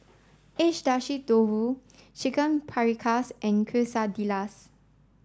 Agedashi Dofu Chicken Paprikas and Quesadillas